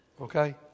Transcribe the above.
Okay